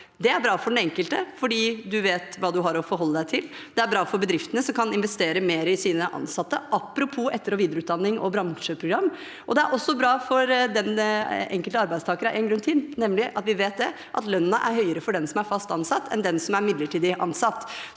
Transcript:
Det er bra for den enkelte fordi man vet hva man har å forholde seg til, og det er bra for bedriftene, som kan investere mer i sine ansatte – apropos etter- og videreutdanning og bransjeprogram. Det er også bra for den enkelte arbeidstaker av én grunn til, nemlig at vi vet at lønna er høyere for den som er fast ansatt, enn for den som er midlertidig ansatt.